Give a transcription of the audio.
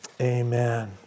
Amen